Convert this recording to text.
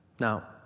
Now